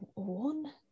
one